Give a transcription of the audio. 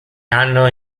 hanno